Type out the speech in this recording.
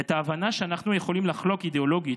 את ההבנה שאנחנו יכולים לחלוק אידיאולוגית,